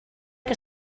que